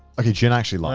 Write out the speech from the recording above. okay gin i actually like.